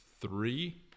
three